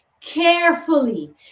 carefully